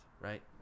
right